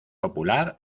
popular